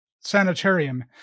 Sanitarium